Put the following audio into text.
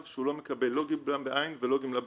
שהוא לא מקבל לא גמלה בעין ולא גמלה בכסף.